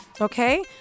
Okay